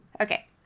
Okay